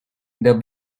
the